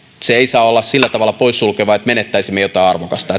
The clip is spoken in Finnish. se ei saa olla sillä tavalla poissulkeva että menettäisimme jotain arvokasta